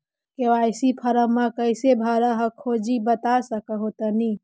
KYC फॉर्मा कैसे भरा हको जी बता उसको हको तानी?